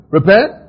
Repent